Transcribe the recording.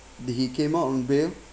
did he came out on bail